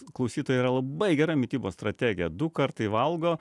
klausytoja yra labai gera mitybos strategija du kartai valgo